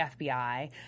FBI—